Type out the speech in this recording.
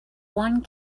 one